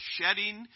shedding